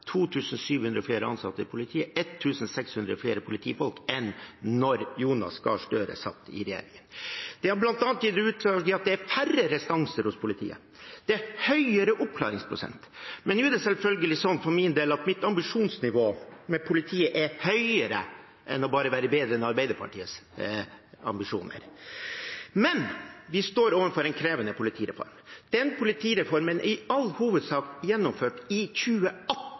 i politiet, 1 600 flere politifolk enn da Jonas Gahr Støre satt i regjering. Det har bl.a. gitt seg utslag i at det er færre restanser hos politiet, det er en høyere oppklaringsprosent. Men det er selvfølgelig slik, for min del, at mitt ambisjonsnivå for politiet er høyere enn bare å være bedre enn Arbeiderpartiets ambisjonsnivå. Vi står overfor en krevende politireform. Den politireformen er i all hovedsak gjennomført i 2018,